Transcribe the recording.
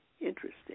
interesting